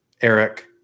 Eric